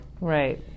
Right